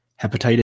hepatitis